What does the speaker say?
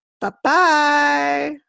Bye-bye